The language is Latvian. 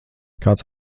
kāds